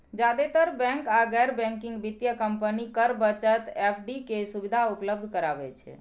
जादेतर बैंक आ गैर बैंकिंग वित्तीय कंपनी कर बचत एफ.डी के सुविधा उपलब्ध कराबै छै